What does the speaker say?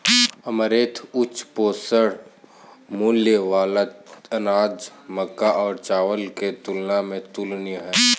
amaranth उच्च पोषण मूल्य वाला अनाज मक्का और चावल की तुलना में तुलनीय है